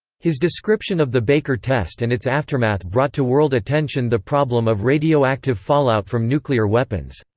his description of the baker test and its aftermath brought to world attention the problem of radioactive fallout from nuclear weapons.